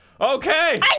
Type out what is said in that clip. Okay